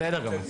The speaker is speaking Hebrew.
בסדר גמור.